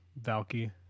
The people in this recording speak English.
Valky